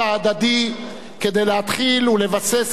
כדי להתחיל לבסס את האמון בינינו,